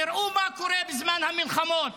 תראו מה קורה בזמן המלחמות.